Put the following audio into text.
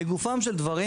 לגופם של דברים.